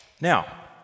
Now